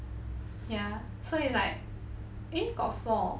ya so it's like eh got four